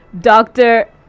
doctor